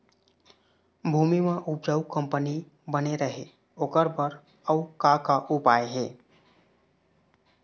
भूमि म उपजाऊ कंपनी बने रहे ओकर बर अउ का का उपाय हे?